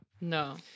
No